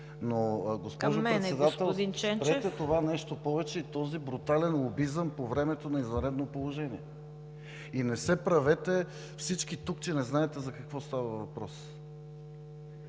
Госпожо Председател, спрете това нещо и този брутален лобизъм по времето на извънредно положение. И не се правете всички тук, че не знаете за какво става въпрос.